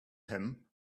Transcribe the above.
him